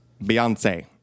Beyonce